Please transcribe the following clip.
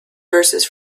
verses